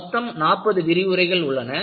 மொத்தம் 40 விரிவுரைகள் உள்ளன